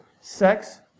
sex